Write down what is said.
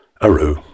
Aru